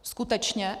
Skutečně?